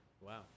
Wow